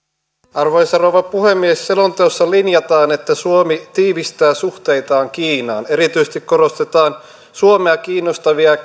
arvoisa rouva puhemies selonteossa linjataan että suomi tiivistää suhteitaan kiinaan erityisesti korostetaan suomea kiinnostavia